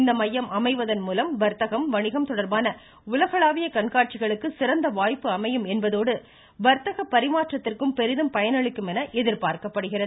இந்த மையம் அமைவதன் மூலம் வாத்தகம் வணிகம் தொடர்பான உலகளாவிய கண்காட்சிகளுக்கு சிறந்த வாய்ப்பு அமையும் என்பதோடு வர்த்த பரிமாற்றத்திற்கும் பெரிதும் பயனளிக்கும் என எதிர்பார்க்கப்படுகிறது